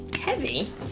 Heavy